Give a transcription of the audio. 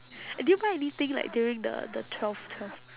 did you buy anything like during the the twelve twelve